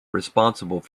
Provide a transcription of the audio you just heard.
responsible